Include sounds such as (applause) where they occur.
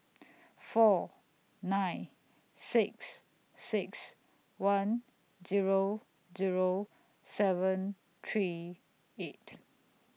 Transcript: (noise) four nine six six one Zero Zero seven three eight